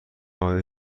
آیا